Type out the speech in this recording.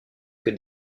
que